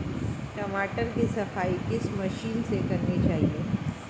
टमाटर की सफाई किस मशीन से करनी चाहिए?